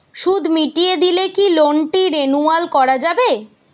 সুদ মিটিয়ে দিলে কি লোনটি রেনুয়াল করাযাবে?